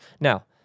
Now